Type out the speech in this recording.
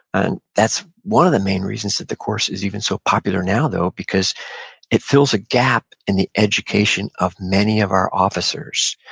and that's one of the main reasons that the course is even so popular now, though, because it fills a gap in the education of many of our officers.